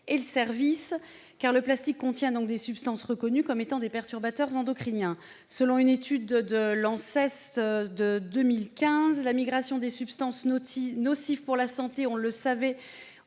ou le service, car le plastique contient des substances reconnues comme étant des perturbateurs endocriniens. Selon une étude de l'ANSES en 2015, la migration des substances nocives pour la santé du contenant